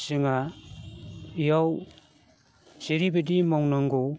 सिमा इयाव जेरैबादि मावनांगौ